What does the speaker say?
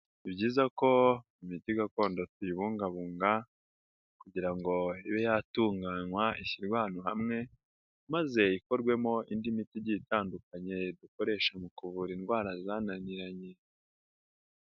Ni byiza ko imiti gakondo tuyibungabunga kugira ngo ibe yatunganywa ishyirwa hamwe, maze ikorwemo indi miti igiye itandukanye dukoresha mu kuvura indwara zananiranye.